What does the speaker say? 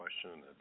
question